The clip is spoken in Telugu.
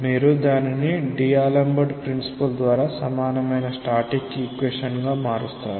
మీరు దానిని D'ఆలంబర్ట్ ప్రిన్సిపుల్ ద్వారా సమానమైన స్టాటిక్ ఈక్వేషన్ గా మారుస్తారు